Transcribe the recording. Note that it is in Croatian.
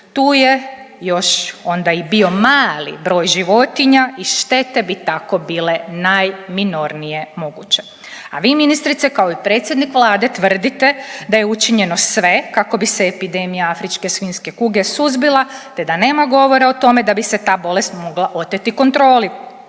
Tu je još onda i bio mali broj životinja i štete bi tako bile najminornije moguće. A vi ministrice kao i predsjednik Vlade tvrdite da je učinjeno sve kako bi se epidemija afričke svinjske kuge suzbila te da nema govora o tome da bi se ta bolest mogla oteti kontroli.